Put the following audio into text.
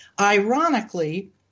ironically